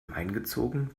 eingezogen